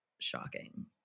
shocking